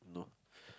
no